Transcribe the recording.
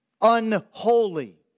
unholy